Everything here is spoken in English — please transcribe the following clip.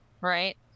right